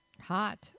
Hot